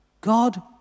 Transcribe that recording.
God